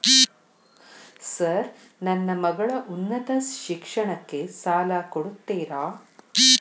Sir ನನ್ನ ಮಗಳ ಉನ್ನತ ಶಿಕ್ಷಣಕ್ಕೆ ಸಾಲ ಕೊಡುತ್ತೇರಾ?